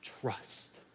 trust